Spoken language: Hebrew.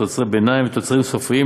תוצרי ביניים ותוצרים סופיים,